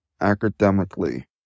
Academically